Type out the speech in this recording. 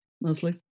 mostly